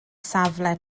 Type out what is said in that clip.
safle